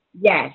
Yes